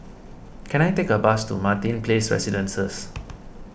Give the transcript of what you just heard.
can I take a bus to Martin Place Residences